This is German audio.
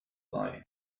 sei